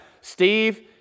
Steve